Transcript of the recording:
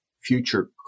future